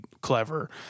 clever